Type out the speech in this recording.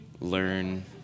learn